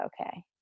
okay